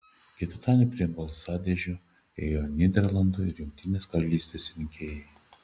ketvirtadienį prie balsadėžių ėjo nyderlandų ir jungtinės karalystės rinkėjai